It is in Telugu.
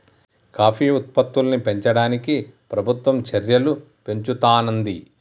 కాఫీ ఉత్పత్తుల్ని పెంచడానికి ప్రభుత్వం చెర్యలు పెంచుతానంది